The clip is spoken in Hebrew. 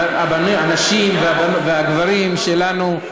הנשים והגברים שלנו,